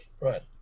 right